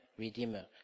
Redeemer